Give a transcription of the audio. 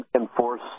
enforce